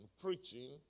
preaching